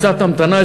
קצת המתנה,